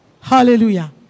Hallelujah